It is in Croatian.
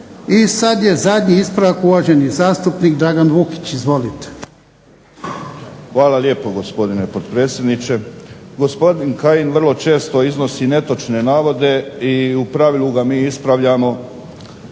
I sad je zadnji ispravak, uvaženi zastupnik Dragan Vukić. Izvolite. **Vukić, Dragan (HDZ)** Hvala lijepo, gospodine potpredsjedniče. Gospodin Kajin vrlo često iznosi netočne navode i u pravilu ga mi ispravljamo